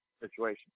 situation